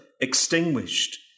extinguished